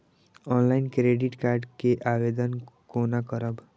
Online credit card के आवेदन कोना करब?